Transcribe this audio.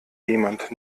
jemand